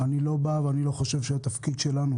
אני לא חושב שהתפקיד שלנו,